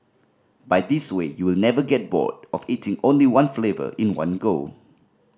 by this way you will never get bored of eating only one flavour in one go